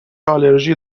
آلرژی